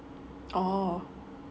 oh